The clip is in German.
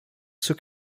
zur